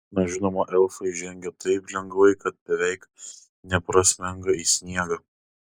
na žinoma elfai žengia taip lengvai kad beveik neprasmenga į sniegą